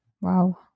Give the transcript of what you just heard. Wow